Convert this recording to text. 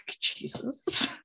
Jesus